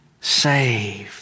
saved